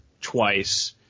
twice